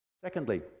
Secondly